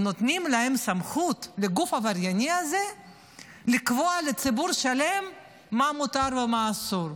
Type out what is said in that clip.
ונותנים לגוף העברייני הזה סמכות לקבוע לציבור שלם מה מותר ומה אסור,